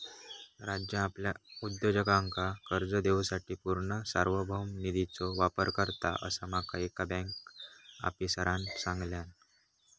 राज्य आपल्या उद्योजकांका कर्ज देवूसाठी पूर्ण सार्वभौम निधीचो वापर करता, असा माका एका बँक आफीसरांन सांगल्यान